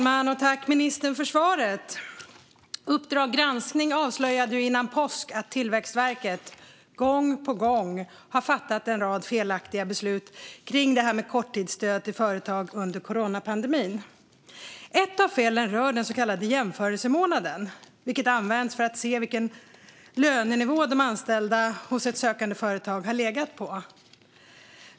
Fru talman! Tack, ministern, för svaret! Uppdrag granskning avslöjade före påsk att Tillväxtverket gång på gång fattat felaktiga beslut kring korttidsstöd till företag under coronapandemin. Ett av felen rör den så kallade jämförelsemånaden, som används för att se vilken lönenivå de anställda hos ett sökande företag har legat på.